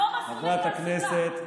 כמו מסלולי תעסוקה,